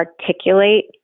articulate